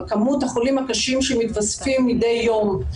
בכמות החולים הקשים שמתווספים מדי יום.